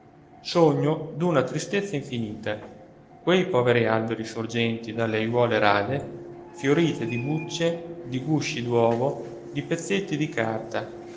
sogno d'una tristezza infinita quei poveri alberi sorgenti dalle ajuole rade fiorite di bucce di gusci d'uovo di pezzetti di carta